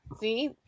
see